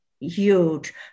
huge